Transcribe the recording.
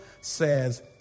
says